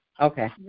Okay